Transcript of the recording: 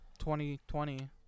2020